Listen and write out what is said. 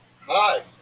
Hi